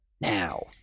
now